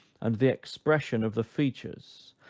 and the expression of the features,